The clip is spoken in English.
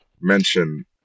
Mention